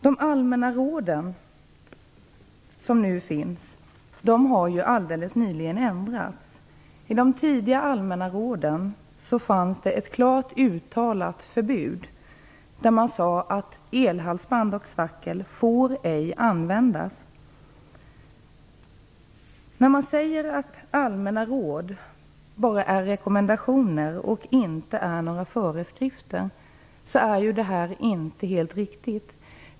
De allmänna råd som nu finns har helt nyligen ändrats. I de tidiga allmänna råden fanns ett klart uttalat förbud. Det sades att elhalsband och stackel ej får användas. När man säger att allmänna råd bara är rekommendationer och inte föreskrifter är det inte helt riktigt.